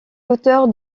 l’auteur